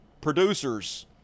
producers